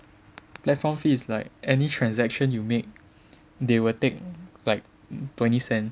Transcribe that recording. platform fee is like any transaction you make they will take like twenty cents